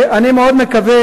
מקווה